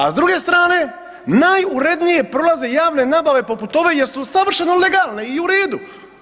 A s druge strane, najurednije prolaze javne nabave poput ove jer su savršeno legalne i u redu.